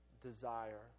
desire